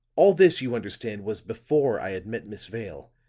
all this, you understand, was before i had met miss vale,